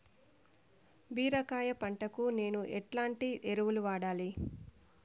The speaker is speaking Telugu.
బీరకాయ పంటకు నేను ఎట్లాంటి ఎరువులు వాడాలి?